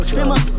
Simmer